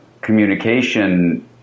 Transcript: communication